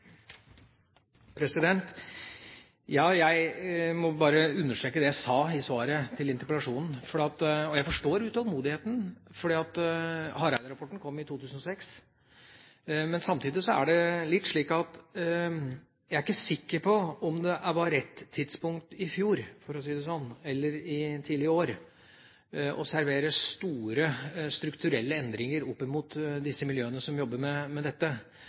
Jeg må bare understreke det jeg sa i svaret på interpellasjonen. Jeg forstår utålmodigheten, for Hareide-rapporten kom i 2006. Men samtidig er det litt slik at jeg er ikke sikker på om det var rett tidspunkt i fjor – for å si det slik – eller tidlig i år å servere store strukturelle endringer opp mot de miljøene som jobber med dette.